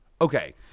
okay